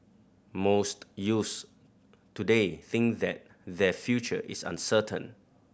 most youths today think that their future is uncertain